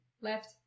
Left